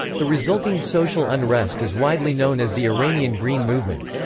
the resulting social unrest is widely known as the iranian green movement.